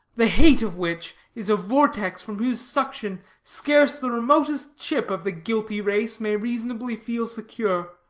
the hate of which is a vortex from whose suction scarce the remotest chip of the guilty race may reasonably feel secure.